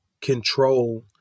control